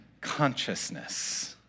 consciousness